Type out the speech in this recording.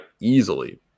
easily